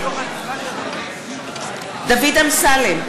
נגד דוד אמסלם,